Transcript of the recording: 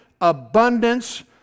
abundance